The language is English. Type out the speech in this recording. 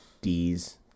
D's